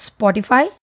Spotify